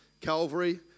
calvary